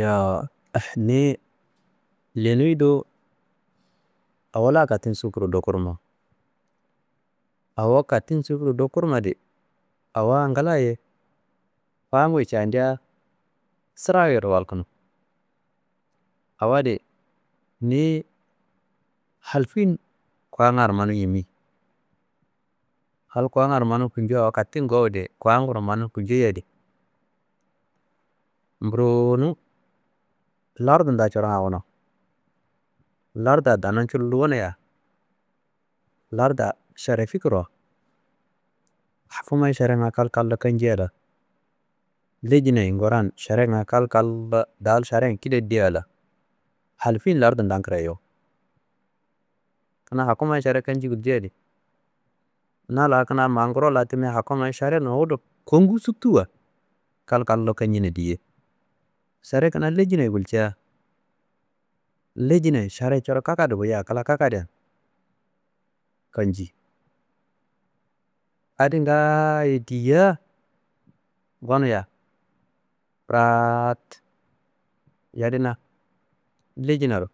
Yowu«noise» niyi lenuyi do awo la katin sukuru do kurmadi awa ngilaye kuwanguyi candea sirawu yerowalkuno awo adi niyi hal fin kongaro manum yimi? Hal kuwangaro manum kunjoye awo katin gowuduye kuwanguro manum kunjoye adi mburonum lardunda coronga wunu, lardua danum cullo wuniya larda šara fi kuro? Hakumayi šaranga kalkalo kancia la? Lejinayi ngoran šaranga kalkallo daal šarayen kida dia la? Hal fin lardundan kirayo? Kuna hakumayi kuna šara kanci gulciadi na laa ma nguro la ma timea ma šara nowudu konngu sutuwa kalkalo kancina diye. Šara kina leninaye gulcia, lejina šara coro kakadu wuya, kla kakadiyan kanji. Addi ngaayi diya goniya fraat yadena lejinaro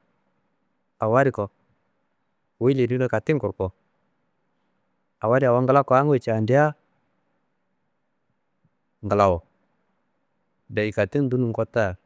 awo adi ko wuyi leniyi do katin kando. Awo adi awo ngila kuwanguyi candia ngilawo. Deyi katin dunum kota